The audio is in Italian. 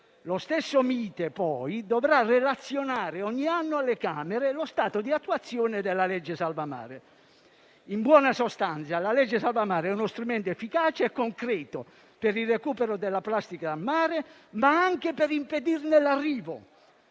Lo stesso Mite, poi, dovrà relazionare ogni anno alle Camere lo stato di attuazione della legge salva mare. In buona sostanza, la legge salva mare è uno strumento efficace e concreto per il recupero della plastica a mare, ma anche per impedirne l'arrivo.